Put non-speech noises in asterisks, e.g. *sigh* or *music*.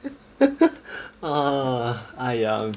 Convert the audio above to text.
*laughs* ah !aiya!